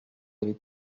avait